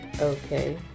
Okay